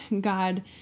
God